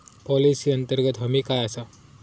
Policy अंतर्गत हमी काय आसा?